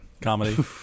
Comedy